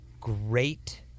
great